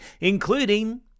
including